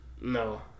No